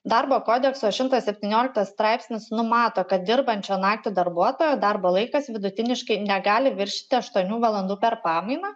darbo kodekso šimtas septynioliktas straipsnis numato kad dirbančio naktį darbuotojo darbo laikas vidutiniškai negali viršyti aštuonių valandų per pamainą